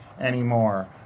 anymore